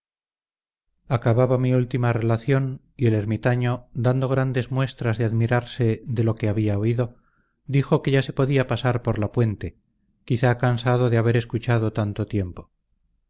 acabada mi última relación y el ermitaño dando grandes muestras de admirarse de lo que había oído dijo que ya se podía pasar por la puente quizá cansado de haber escuchado tanto tiempo